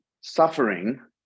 suffering